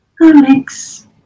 Alex